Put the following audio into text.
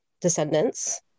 descendants